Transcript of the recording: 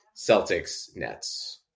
Celtics-Nets